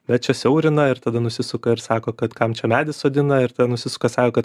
bet čia siaurina ir tada nusisuka ir sako kad kam čia medį sodina ir nusisuka sako kad